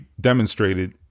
demonstrated